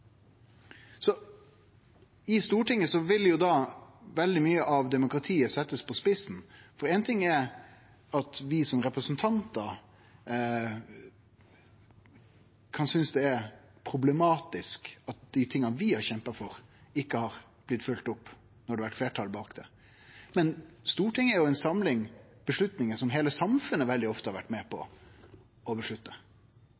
I Stortinget vil da veldig mykje av demokratiet bli sett på spissen. Éin ting er at vi som representantar kan synast det er problematisk at det vi har kjempa for, ikkje har blitt følgt opp når det har vore eit fleirtal bak det, men Stortinget er jo ei samling avgjerder som heile samfunnet veldig ofte har vore med